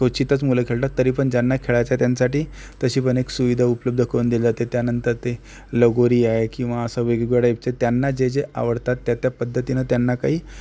क्वचितच मुलं खेळतात तरी पण ज्यांना खेळायचं त्यांच्यासाठी तशी पण एक सुविधा उपलब्ध करून दिली जाते तर त्यानंतर ते लगोरी आहे किंवा असं वेगवेगळ्या टाइपचे त्यांना जे जे आवडतात त्या त्या पद्धतीनं त्यांना काही